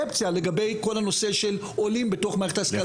לגבי כל הנושא של עולים בתוך מערכת ההשכלה